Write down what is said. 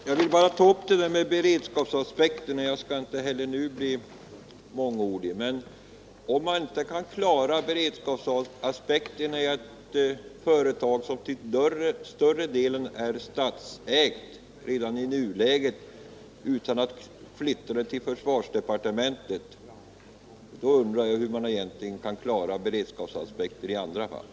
Herr talman! Jag vill bara ta upp det där med beredskapsaspekten, och jag skall inte heller nu bli mångordig. Om man inte kan klara beredskapsaspekten i ett företag som till större delen är statsägt redan i nuläget utan att flytta denna uppgift till försvarsdepartementet, då undrar jag hur man egentligen kan klara beredskapsaspekter i andra fall.